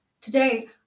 today